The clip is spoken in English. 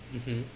mmhmm